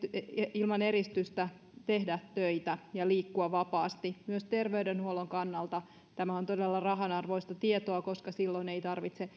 ilman eristystä tehdä töitä ja liikkua vapaasti myös terveydenhuollon kannalta tämä on todella rahanarvoista tietoa koska silloin ei tarvitse